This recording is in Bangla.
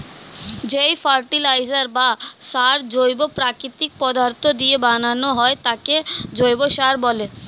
যেই ফার্টিলাইজার বা সার জৈব প্রাকৃতিক পদার্থ দিয়ে বানানো হয় তাকে জৈব সার বলে